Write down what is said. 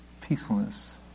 peacefulness